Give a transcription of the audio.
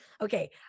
Okay